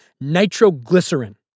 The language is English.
nitroglycerin